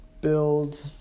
build